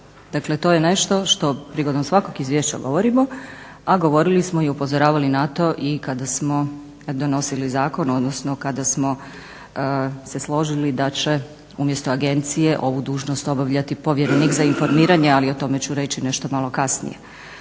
Dakle, to je nešto što prigodom svakog izvješća govorimo, a govorili smo i upozoravali na to i kada smo donosili zakon, odnosno kada smo se složili da će umjesto agencije ovu dužnost obavljati povjerenik za informiranje, ali o tome ću reći nešto malo kasnije.